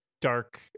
dark